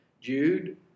Jude